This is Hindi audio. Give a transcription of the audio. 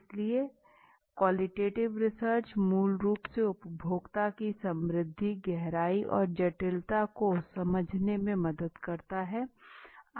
इसलिए क्वॉलिटीटीव रिसर्च मूल रूप से उपभोक्ता की समृद्धि गहराई और जटिलता को समझने में मदद करता है